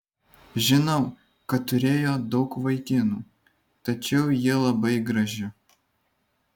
žinau kad turėjo daug vaikinų tačiau ji labai graži